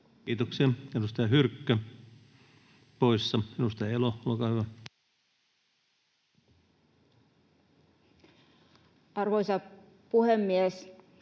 Kiitoksia. — Edustaja Hyrkkö poissa. — Edustaja Elo, olkaa hyvä. [Speech